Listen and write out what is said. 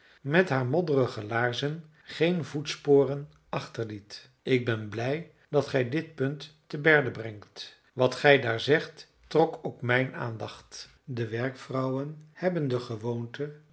met haar modderige laarzen geen voetsporen achterliet ik ben blij dat gij dit punt te berde brengt wat gij daar zegt trok ook mijn aandacht de werkvrouwen hebben de gewoonte